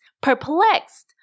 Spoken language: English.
Perplexed